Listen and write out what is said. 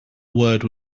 word